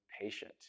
patient